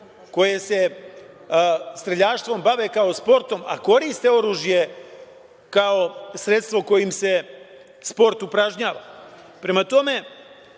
koje se streljaštvom bave kao sportom, a koriste oružje kao sredstvo kojim se sport upražnjava. Prema tome,